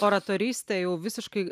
oratorystę jau visiškai